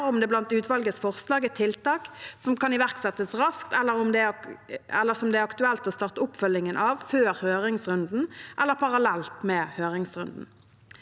om det blant utvalgets forslag er tiltak som kan iverksettes raskt, eller som det er aktuelt å starte oppfølgingen av før høringsrunden eller parallelt med høringsrunden.